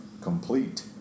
complete